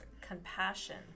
compassion